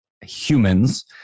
humans